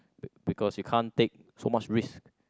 be because you can't take so much risk